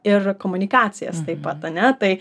ir komunikacijas taip pat ane tai